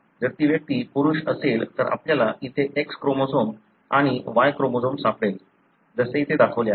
जर ती व्यक्ती पुरुष असेल तर आपल्याला इथे X क्रोमोझोम आणि Y क्रोमोझोम सापडेल जसे इथे दाखवले आहे